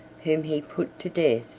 whom he put to death,